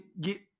get